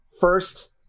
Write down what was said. first